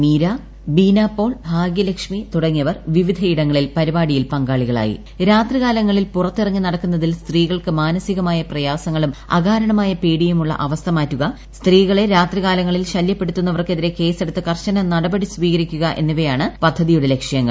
Meera Beena Paul Bhagyalakshmi തുടങ്ങിയവർ വിവിധയിടങ്ങളിൽ പരിപാടിയിൽ പങ്കാളികളായി രാത്രികാലങ്ങളിൽ പുറത്ത് ഇറങ്ങി നടക്കുന്നതിൽ സ്ത്രീകൾക്ക് മാനസികമായ പ്രയാസങ്ങളും അകാരണമായ പേടിയുമുള്ള അവസ്ഥ മാറ്റുക സ്ത്രീകളെ രാത്രികാലങ്ങളിൽ ശല്യപ്പെടുത്തുന്നവർക്കെതി രെ കേസെടുത്ത് കർശന നടപടി സ്വീകരിക്കുക എന്നിവയാണ് പദ്ധതിയുടെ പ്രധാന ലക്ഷ്യങ്ങൾ